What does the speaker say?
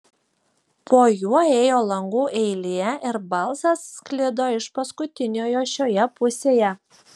po juo ėjo langų eilė ir balsas sklido iš paskutiniojo šioje pusėje